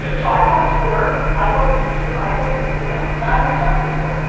yeah so i'd go to twitter, i'd go to youtube, i'd go to instagram and i'd reach out to people.